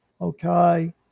okay